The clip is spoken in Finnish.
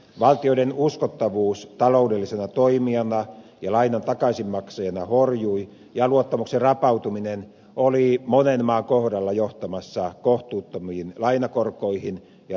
valtioiden uskottavuus taloudellisena toimijana ja lainan takaisinmaksajana horjui ja luottamuksen rapautuminen oli monen maan kohdalla johtamassa kohtuuttomiin lainakorkoihin ja rahoitusvaikeuksiin